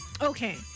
Okay